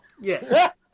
Yes